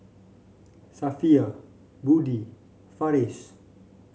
Safiya Budi Farish